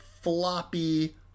floppy